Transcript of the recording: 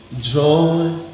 joy